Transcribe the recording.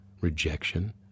rejection